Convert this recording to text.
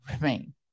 remain